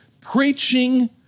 preaching